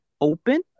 open